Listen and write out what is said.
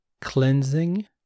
cleansing